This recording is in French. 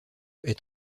est